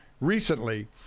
recently